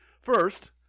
First